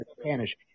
Spanish